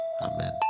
Amen